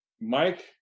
Mike